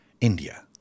India